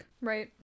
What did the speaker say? Right